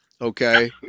okay